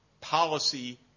policy